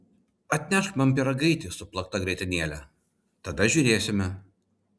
atnešk man pyragaitį su plakta grietinėle tada žiūrėsime